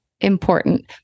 important